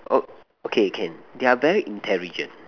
oh okay can they're very intelligent